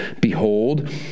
Behold